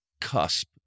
Cusp